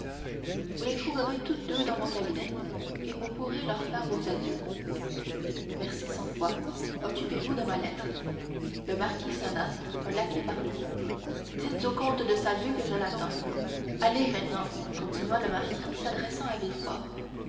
vous les trouverez toutes deux dans mon cabinet et vous pourrez leur faire vos adieux merci cent fois occupez-vous de ma lettre le marquis sonna un laquais parut dites au comte de salvieux que je l'attends allez maintenant continua le marquis s'adressant à